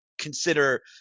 consider